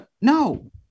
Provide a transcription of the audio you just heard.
no